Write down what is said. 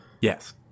Yes